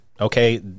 okay